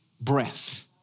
breath